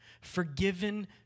Forgiven